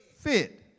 fit